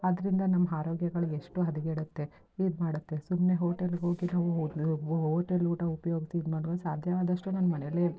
ಅದರಿಂದ ನಮ್ಮ ಆರೋಗ್ಯಗಳು ಎಷ್ಟೋ ಹದ್ಗೆಡುತ್ತೆ ಇದು ಮಾಡುತ್ತೆ ಸುಮ್ಮನೆ ಹೋಟೆಲ್ಲಿಗೋಗಿ ನಾವು ಓಟೆಲ್ ಊಟ ಉಪಯೋಗಿಸಿ ಇದು ಮಾಡಲು ಸಾಧ್ಯವಾದಷ್ಟು ನಾನು ಮನೆಯಲ್ಲೇ